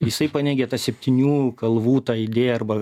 jisai paneigia tą septynių kalvų tą idėją arba